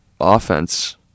offense